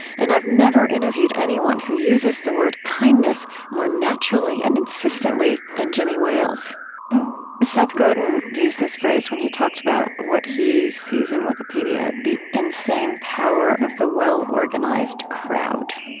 and i've never interviewed anyone who uses the word kindness more naturally and insistently than jimmy wales seth godin used this phrase when he talked about what he sees in wikipedia, the insane power of the well-organized crowd.